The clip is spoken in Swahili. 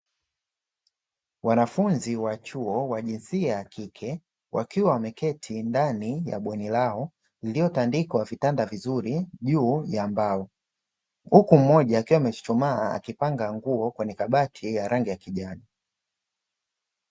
Wanafunzi wa chuo wa jinsia ya kike wakiwa wameketi ndani ya bweni lao iliyotandikwa vitanda vizuri juu ya mbao, huku mmoja akiwa amechuchumaa akipanga nguo kwenye kabati ya rangi ya kijani.